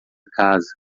casa